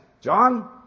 John